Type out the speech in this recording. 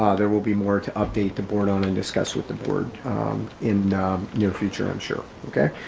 there will be more to update the board on and discuss with the board in your future, i'm sure. okay,